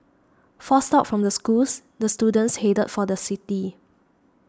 forced out from the schools the students headed for the city